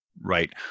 right